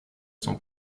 son